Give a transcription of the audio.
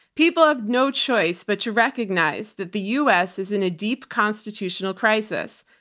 people have no choice but to recognize that the u. s. is in a deep constitutional crisis.